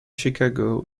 chicago